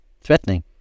threatening